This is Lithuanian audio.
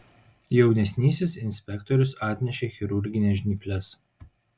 jaunesnysis inspektorius atnešė chirurgines žnyples